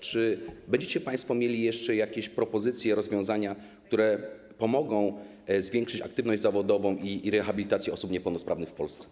Czy będziecie państwo mieli jeszcze jakieś propozycje, rozwiązania, które pomogą zwiększyć aktywność zawodową i rehabilitację osób niepełnosprawnych w Polsce?